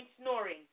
snoring